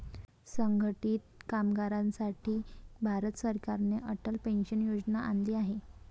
असंघटित कामगारांसाठी भारत सरकारने अटल पेन्शन योजना आणली आहे